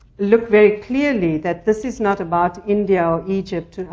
look very clearly that this is not about india, or egypt,